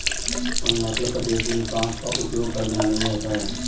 अरुणाचल प्रदेश में बांस का उपयोग घर बनाने में होता है